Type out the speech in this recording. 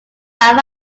are